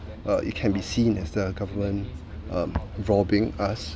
uh it can be seen as the government um robbing us